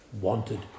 wanted